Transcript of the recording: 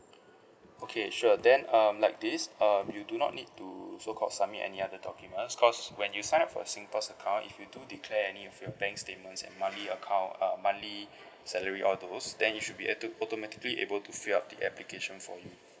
okay sure then um like this um you do not need to so called submit any other documents cause when you sign up for a singpass account if you do declare any of your bank statements and monthly account uh monthly salary all those then you should be auto automatically able to fill up the application for you